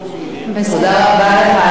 תודה רבה לך על החידוד הזה.